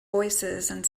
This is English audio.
voicesand